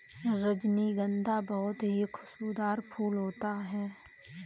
रजनीगंधा बहुत ही खुशबूदार फूल होता है